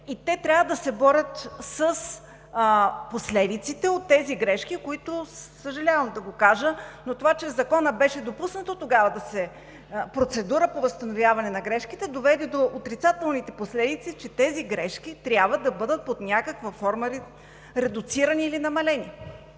– те трябва да се борят с последиците от тези грешки. Съжалявам да го кажа, но това, че в Закона беше допусната тогава процедура по възстановяване на грешките, доведе до отрицателните последици, че тези грешки трябва да бъдат под някаква форма редуцирани или намалени.